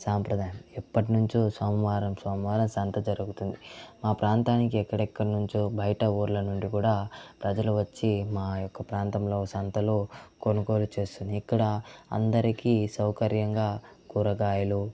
సాంప్రదాయం ఎప్పటి నుంచో సోమవారం సోమవారం సంత జరుగుతుంది మా ప్రాంతానికి ఎక్కడెక్కడి నుంచో బయట ఊర్లనుండి కూడా ప్రజలు వచ్చి మా యొక్క ప్రాంతంలో సంతలో కొనుగోలు చేస్తుంది ఇక్కడ అందరికీ సౌకర్యంగా కూరగాయలు